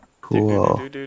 Cool